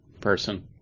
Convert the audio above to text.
person